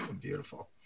Beautiful